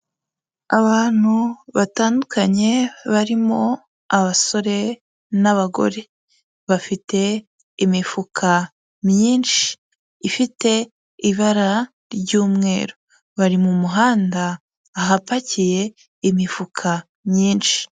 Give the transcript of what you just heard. Abantu batandukanye barimo abasore n'abagore, bafite imifuka myinshi ifite ibara ry'umweru, bari mu muhanda ahapakiye imifuka myinshi.